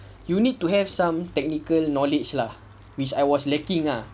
you need to have some technical knowledge lah which I was lacking ah